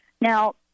Now